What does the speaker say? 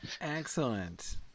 Excellent